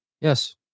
Yes